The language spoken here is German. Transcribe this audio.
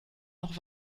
noch